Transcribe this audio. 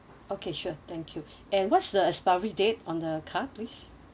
okay sure thank you and what's the expiry date on the card please